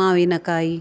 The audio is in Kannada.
ಮಾವಿನಕಾಯಿ